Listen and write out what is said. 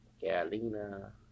Carolina